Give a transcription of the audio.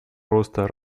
роста